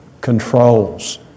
controls